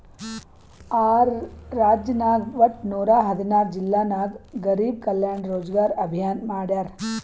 R ರಾಜ್ಯನಾಗ್ ವಟ್ಟ ನೂರಾ ಹದಿನಾರ್ ಜಿಲ್ಲಾ ನಾಗ್ ಗರಿಬ್ ಕಲ್ಯಾಣ ರೋಜಗಾರ್ ಅಭಿಯಾನ್ ಮಾಡ್ಯಾರ್